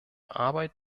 arbeit